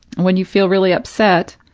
when you feel really upset,